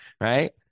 Right